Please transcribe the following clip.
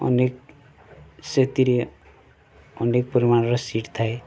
ଅନେକ ସେଥିରେ ଅନେକ ପରିମାଣର ସିଟ୍ ଥାଏ